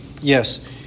Yes